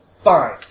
Fine